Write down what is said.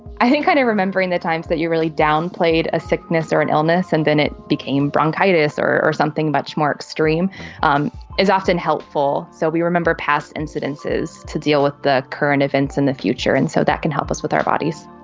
i think kind of remembering the times that you really downplayed a sickness or an illness and then it became bronchitis or or something much more extreme um is often helpful. so we remember past incidences to deal with the current events in the future. and so that can help us with our bodies